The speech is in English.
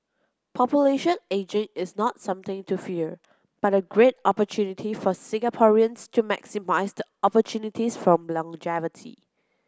population ageing is not something to fear but a great opportunity for Singaporeans to maximise the opportunities from longevity